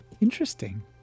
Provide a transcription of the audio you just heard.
interesting